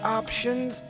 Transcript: options